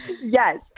Yes